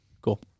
Cool